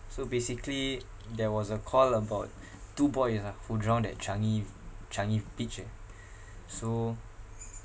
so basically there was a call about two boys ah who drowned at changi changi beach eh so